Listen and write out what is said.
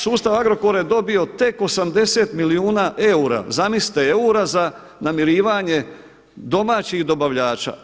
Sustav Agrokora je dobio tek 80 milijuna eura, zamislite eura za namirivanje domaćih dobavljača.